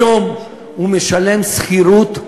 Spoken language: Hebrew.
היום הוא משלם שכירות,